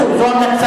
רצוי, זו המלצה.